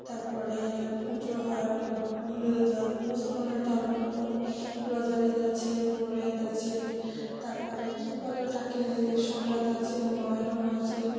তার পরে পুজো হয় অনেক রকম হিন্দুদের ধর্মে মুসলমানের ধর্মে ওরকম রোজার ঈদ আছে বখরি ঈদ আছে তার পরে কী বলে ওটাকে শবে বরাত আছে মহরম আছে